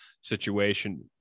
situation